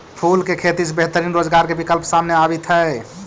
फूल के खेती से बेहतरीन रोजगार के विकल्प सामने आवित हइ